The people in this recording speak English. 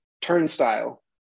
Turnstile